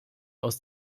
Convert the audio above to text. aus